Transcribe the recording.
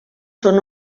són